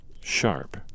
sharp